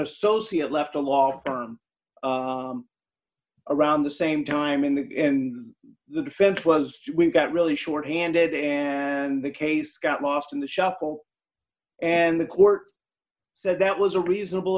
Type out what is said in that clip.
associate left a law firm around the same time in the in the defense was got really short handed and the case got lost in the shuffle and the court said that was a reasonable